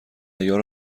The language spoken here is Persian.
عیار